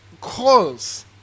calls